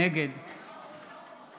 נגד